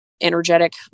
energetic